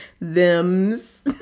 thems